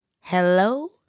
Hello